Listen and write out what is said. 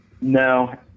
No